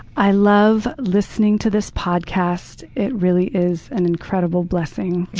i love listening to this podcast. it really is an incredible blessing.